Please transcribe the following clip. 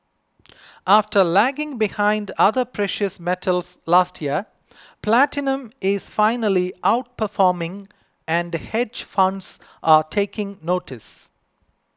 after lagging behind other precious metals last year platinum is finally outperforming and hedge funds are taking notice